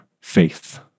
faith